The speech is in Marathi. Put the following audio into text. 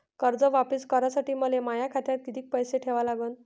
कर्ज वापिस करासाठी मले माया खात्यात कितीक पैसे ठेवा लागन?